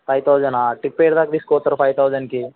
five తౌసాండా trip ఎక్కడిదాక తీసుకుపోతారు ఫైవ్ థౌజన్కి